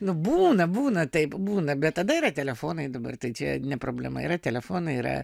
būna būna taip būna bet tada yra telefonai dabar tai čia ne problema yra telefonai yra